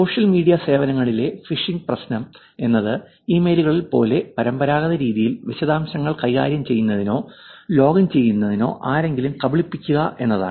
social media സേവനങ്ങളിലെ phishing പ്രശ്നം എന്നത് ഇമെയിലുകൾ പോലെ പരമ്പരാഗത രീതിയിൽ വിശദാംശങ്ങൾ കൈകാര്യം ചെയ്യുന്നതിനോ ലോഗിൻ ചെയ്യുന്നതിനോ ആരെയെങ്കിലും കബളിപ്പിക്കുക എന്നതാണ്